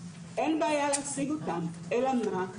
אין בעיה להשיג אותן, אלא מה?